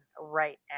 right